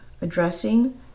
addressing